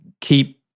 keep